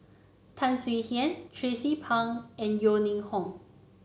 Tan Swie Hian Tracie Pang and Yeo Ning Hong